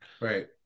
right